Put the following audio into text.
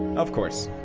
of course